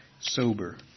sober